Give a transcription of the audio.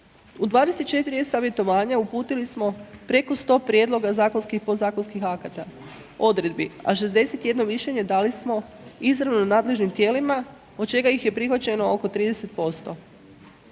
U 24 e-savjetovanja uputili smo preko 100 prijedloga zakonskih i podzakonskih akata, odredbi, a 61 mišljenje dali smo izravno nadležnim tijelima od čega ih je prihvaćeno oko 30%.